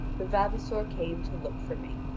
the vavasor came to look for me.